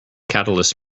catalysts